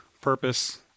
purpose